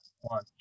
one